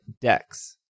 decks